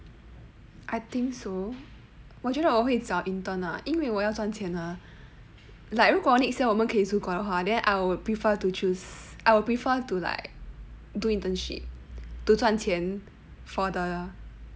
I think so 我觉得我会找 intern lah 因为我要赚钱啊 like 如果 next year 我们可以出国的话 then I would prefer to choose I would prefer to like do internship to 赚钱 for the